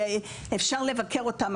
אפשר לבקר אותם,